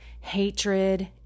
hatred